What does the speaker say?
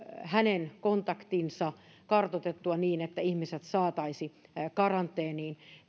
hänen kontaktinsa kartoitettua niin että ihmiset saataisiin karanteeniin